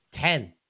ten